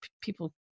people